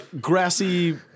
grassy